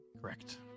Correct